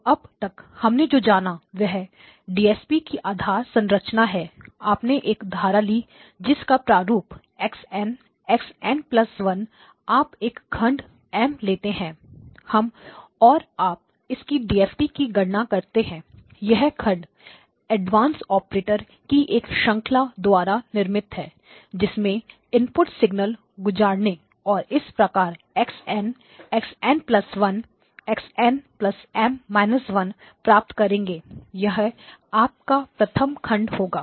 तो अब तक हमने जो जाना वह डीएसपी DSP की आधार संरचना है आपने एक धारा ली जिस का प्रारूप x n x n1 आप एक खंड M लेते हैं हम और आप इसकी डीएफटी DFT की गणना करते हैं यह खंड एडवांस्डऑपरेटर की एक श्रंखला द्वारा निर्मित है जिसमें इनपुट सिगनलगुजारेंगे और इस प्रकार हम x n x n1 x n M −1 प्राप्त करेंगे यह आपका प्रथम खंड होगा